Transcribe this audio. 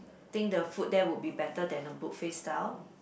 think the food there would be better than the buffet style